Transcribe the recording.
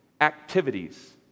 activities